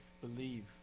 believe